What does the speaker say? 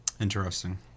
interesting